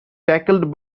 tackled